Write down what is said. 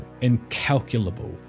incalculable